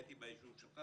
הייתי ביישוב שלך